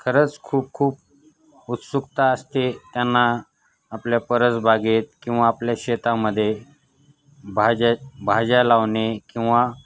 खरंच खूप खूप उत्सुकता असते त्यांना आपल्या परसबागेत किंवा आपल्या शेतामध्ये भाज्या भाज्या लावणे किंवा